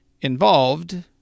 involved